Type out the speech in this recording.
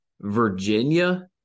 Virginia